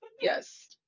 yes